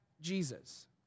Jesus